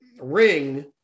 ring